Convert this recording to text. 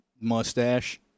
mustache